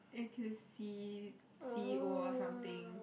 n_t_u_c c_e_o or something